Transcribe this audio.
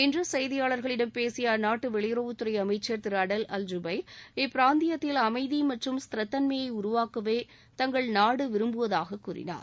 இன்று செய்தியாளர்களிடம் பேசிய அந்நாட்டு வெளியுறவுத்துறை அமைச்சர் திரு அடல் அல் ஜூபைர் இப்பிராந்தியத்தில் அமைதி மற்றும் ஸ்திரத்தன்மையை உருவாக்கவே தங்கள் நாடு விரும்புவதாக கூறினார்